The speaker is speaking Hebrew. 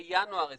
בינואר 2020,